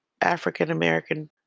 African-American